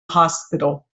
hospital